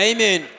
Amen